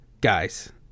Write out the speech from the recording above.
guys